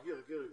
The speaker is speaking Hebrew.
חכה רגע.